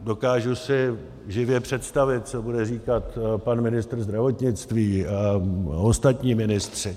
Dokážu si živě představit, co bude říkat pan ministr zdravotnictví a ostatní ministři.